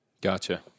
gotcha